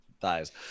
thighs